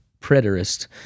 preterist